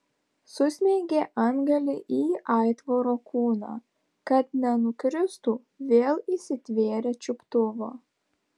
susmeigė antgalį į aitvaro kūną kad nenukristų vėl įsitvėrė čiuptuvo